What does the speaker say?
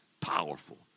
powerful